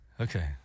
Okay